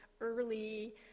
early